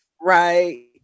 Right